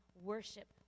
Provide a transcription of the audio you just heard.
worship